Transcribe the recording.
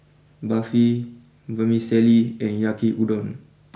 Barfi Vermicelli and Yaki Udon